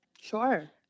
Sure